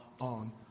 on